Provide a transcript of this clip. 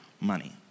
money